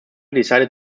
decided